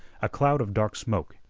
a cloud of dark smoke,